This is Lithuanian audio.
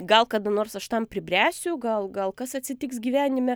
gal kada nors aš tam pribręsiu gal gal kas atsitiks gyvenime